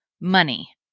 money